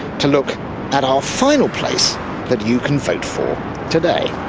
to look at our final place that you can vote for today.